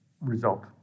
result